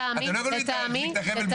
אתם לא יכולים להחזיק את החבל משני הצדדים.